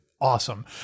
awesome